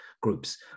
groups